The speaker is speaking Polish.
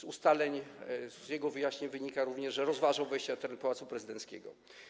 Z ustaleń, z jego wyjaśnień wynika również, że rozważał wejście na teren Pałacu Prezydenckiego.